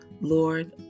Lord